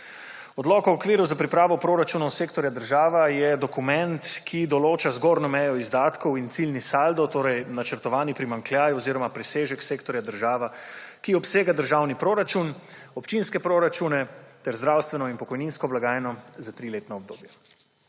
Odlok o okviru za pripravo proračunov sektorja država je dokument, ki določa zgornjo mejo izdatkov in cilji saldo, torej načrtovani primanjkljaj oziroma presežek sektorja država, ki obsega državni proračun, občinske proračune ter zdravstveno in pokojninsko blagajno za triletno obdobje.